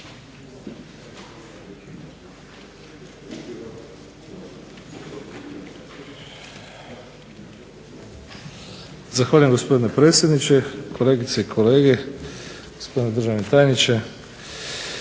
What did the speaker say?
Zahvaljujem gospodine predsjedniče, kolegice i kolege, gospodine državni tajniče.